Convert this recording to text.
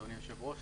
אדוני היושב-ראש.